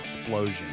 explosion